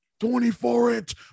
24-inch